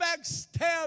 backstab